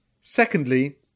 Secondly